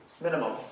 minimum